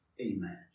Amen